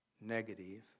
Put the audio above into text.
negative